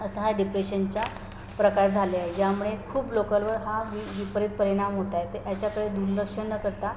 असा हा डिप्रेशनचा प्रकार झाले आहे यामुळे खूप लोकांवर हा वि विपरीत परिणाम होता आहे तर याच्याकडे दुर्लक्ष न करता